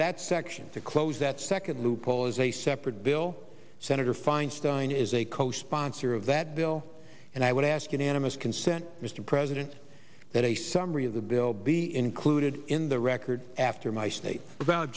that section to close that second loophole as a separate bill senator feinstein is a co sponsor of that bill and i would ask unanimous consent mr president that a summary of the bill be included in the record after my state